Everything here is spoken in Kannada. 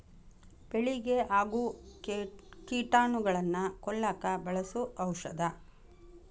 ಬೆಳಿಗೆ ಆಗು ಕೇಟಾನುಗಳನ್ನ ಕೊಲ್ಲಾಕ ಬಳಸು ಔಷದ